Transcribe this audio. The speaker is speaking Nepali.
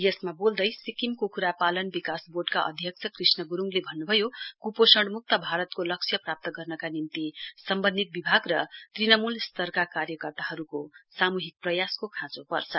यसमा बेल्दै सिक्किम कुखुरा पालन विकास बोर्डका अध्यक्ष कृष्ण गुरुङले भन्नुभयो कुपोषण मुक्त भारतको लक्ष्य प्राप्त गर्नका निम्ति सम्बन्धित विभाग सम्बन्धित विभाग र तृणमूल स्तरका कार्यकर्ताहरुको सामूहिक प्रयासको खाँचो पर्छ